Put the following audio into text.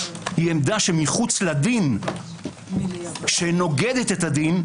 יידע שמחוץ לדין שנוגדת את הדין,